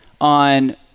on